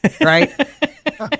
right